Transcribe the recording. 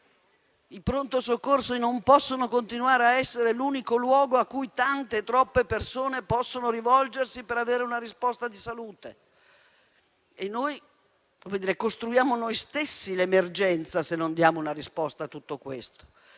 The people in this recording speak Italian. I pronto soccorso non possono continuare a essere l'unico luogo a cui tante, troppe persone si rivolgono per avere una risposta di salute. Costruiamo noi stessi l'emergenza se non diamo una risposta a tutto questo.